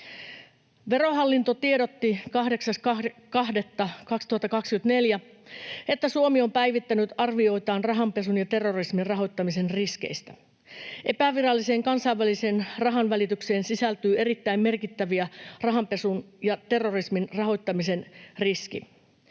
Verohallinto tiedotti 8.2.2024, että Suomi on päivittänyt arvioitaan rahanpesun ja terrorismin rahoittamisen riskeistä. Epäviralliseen kansainväliseen rahanvälitykseen sisältyy erittäin merkittävä rahanpesun ja terrorismin rahoittamisen riski.